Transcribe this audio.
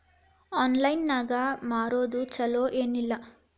Online ನಾಗ್ ಮಾರೋದು ಛಲೋ ಏನ್ ಇಲ್ಲ?